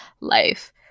life